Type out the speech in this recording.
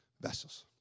vessels